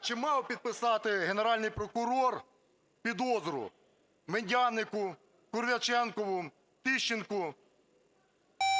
чи мав підписати Генеральний прокурор підозру Медянику, Корявченкову, Тищенку